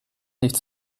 nicht